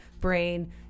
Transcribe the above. brain